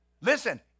Listen